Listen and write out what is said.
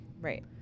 Right